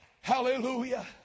Hallelujah